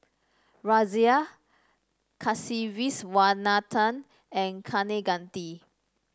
Razia Kasiviswanathan and Kaneganti